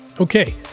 Okay